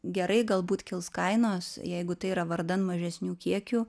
gerai galbūt kils kainos jeigu tai yra vardan mažesnių kiekių